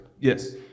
Yes